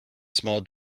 small